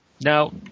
Now